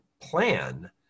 plan